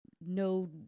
no